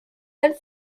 and